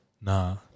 Nah